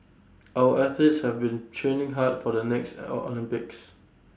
our athletes have been training hard for the next Olympics